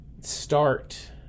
start